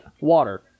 Water